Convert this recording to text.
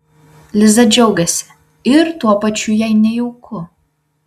liza džiaugiasi ir tuo pačiu jai nejauku